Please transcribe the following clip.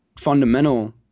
fundamental